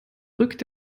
rückt